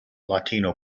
latino